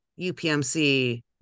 UPMC